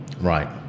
Right